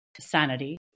sanity